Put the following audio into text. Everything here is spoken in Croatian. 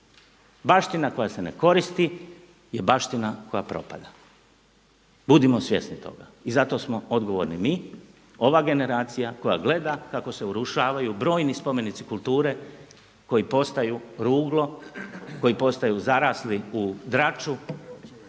Baština koja se ne koristi je baština koja propada, budimo svjesni toga i zato smo odgovorni mi, ova generacija koja gleda kako se urušavaju brojni spomenici kulture koji postaju ruglo, koji postaju zarasli u draču